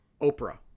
Oprah